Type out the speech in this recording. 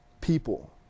people